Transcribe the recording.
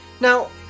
Now